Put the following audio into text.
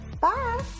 Bye